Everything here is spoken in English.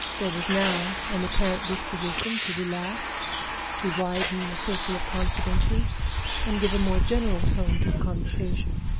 there was now an apparent disposition to relax to widen the circle of confidences and give a more general tone to the conversation.